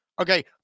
Okay